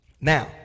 Now